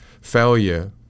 failure